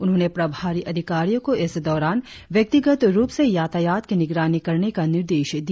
उन्होंने प्रभारी अधिकारियों को इस दौरान व्यक्तिगत रुप से यातायात की निगरानी करने का निर्देश दिया